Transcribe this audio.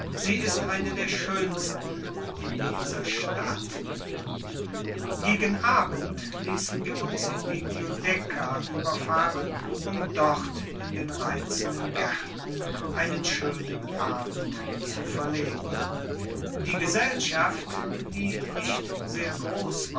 sie ist eine der schönsten in dieser stadt gegen abend ließen wir uns in die giudecca überfahren um dort in den reizenden gärten einen schönen abend zu verleben die gesellschaft die nicht sehr groß